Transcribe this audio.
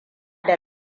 da